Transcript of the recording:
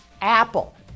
Apple